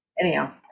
anyhow